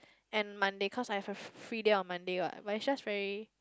and Monday cause I have a f~ free day on Monday what but it's just very